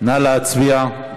נא להצביע.